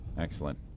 Excellent